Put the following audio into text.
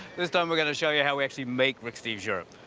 this time, we're going to show you how we actually make rick steves' europe.